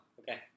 okay